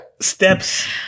steps